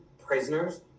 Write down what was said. prisoners